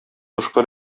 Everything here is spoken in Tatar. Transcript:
тышкы